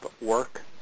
work